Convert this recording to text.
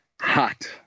Hot